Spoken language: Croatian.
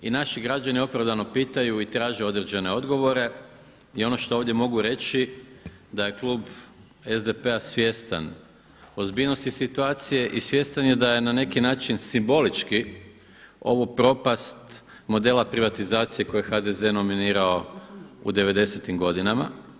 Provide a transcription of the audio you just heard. I naši građani opravdano pitaju i traže određene odgovore i ono što ovdje mogu reći da je klub SDP-a svjestan ozbiljnosti situacije i svjestan je da je na neki način simbolički ovu propast modela privatizacije koju je HDZ nominirao u devedesetim godinama.